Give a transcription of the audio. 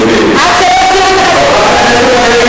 חברת הכנסת רגב.